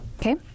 Okay